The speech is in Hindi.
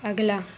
अगला